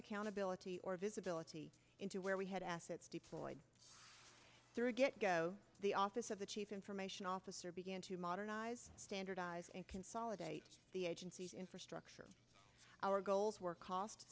accountability or visibility into where we had assets deployed through getgo the office of the chief information officer began to modernize standardize and consolidate the agency's infrastructure our goals were cost